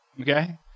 Okay